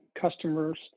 customers